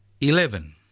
eleven